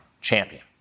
champion